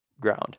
ground